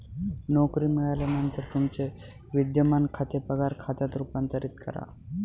नोकरी मिळाल्यानंतर तुमचे विद्यमान खाते पगार खात्यात रूपांतरित करा